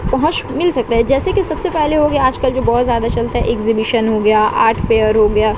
پہنچ مل سکتا ہے جیسے کہ سب سے پہلے ہو گیا آج کل جو بہت زیادہ چلتا ہے ایگزیبیشن ہو گیا آرٹ فیئر ہو گیا